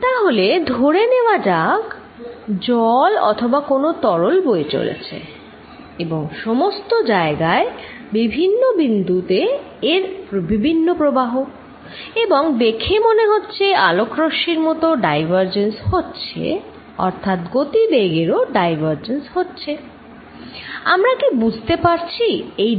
তাহলে ধরে নেওয়া যাক জল অথবা কোন তরল বয়ে চলেছে এবং সমস্ত জায়গায় বিভিন্ন বিন্দুতে এর বিভিন্ন প্রবাহ এবং দেখে মনে হচ্ছে আলোকরশ্মির মত ডাইভারজেন্স হচ্ছে অর্থাৎ গতিবেগ এরও ডাইভারজেন্স হচ্ছে আমরা কি বুঝতে পারছি এই ডাইভারজেন্স এর অর্থ কি